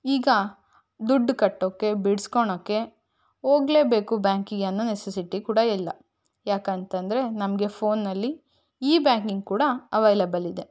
ಈಗ ದುಡ್ಡು ಕಟ್ಟೋಕ್ಕೆ ಬಿಡ್ಸ್ಕೊಳಕೆ ಹೋಗಲೇ ಬೇಕು ಬ್ಯಾಂಕಿಗೆ ಅನ್ನೋ ನೆಸೆಸಿಟಿ ಕೂಡ ಇಲ್ಲ ಯಾಕಂತಂದರೆ ನಮಗೆ ಫೋನ್ನಲ್ಲಿ ಇ ಬ್ಯಾಂಕಿಂಗ್ ಕೂಡ ಅವೈಲಬಲ್ ಇದೆ